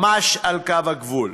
ממש על קו הגבול.